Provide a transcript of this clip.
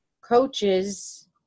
coaches